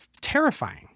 terrifying